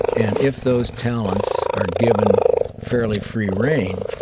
and if those talents are given fairly free reign,